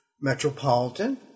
Metropolitan